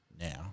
Now